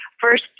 first